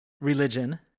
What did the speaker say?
religion